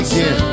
Again